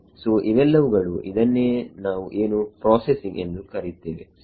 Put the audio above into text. ಸೋಇವೆಲ್ಲವುಗಳು ಇದನ್ನೇ ನಾವು ಪ್ರೋಸೆಸ್ಸಿಂಗ್ ಎಂದು ಕರೆಯುತ್ತೇವೆ ಸರಿ